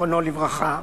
זיכרונו לברכה,